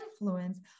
influence